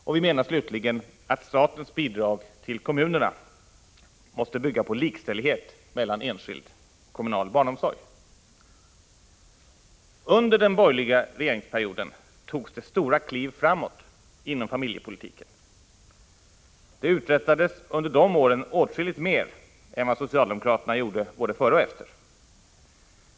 Och vi menar slutligen att statens bidrag till kommunerna måste bygga på likställighet mellan enskild och kommunal barnomsorg. Under den borgerliga regeringsperioden togs det stora kliv framåt inom familjepolitiken. Det uträttades under de åren åtskilligt mer än vad socialdemokraterna gjorde både före och efter.